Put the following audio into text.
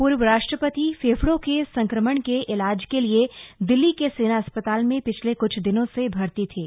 पूर्व राष्ट्रपति फेफड़ों के संक्रमण के इलाज के लिए दिल्ली के सेना अस्पताल में पिछले क्छ दिनों से भर्ती थे